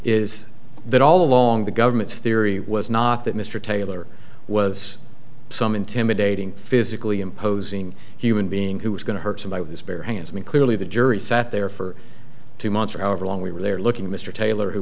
is that all along the government's theory was not that mr taylor was some intimidating physically imposing human being who was going to hurt somebody with his bare hands i mean clearly the jury sat there for two months or however long we were there looking mr taylor who